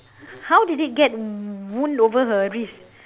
how did it get wound over her wrist